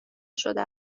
شده